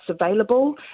available